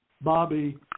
Bobby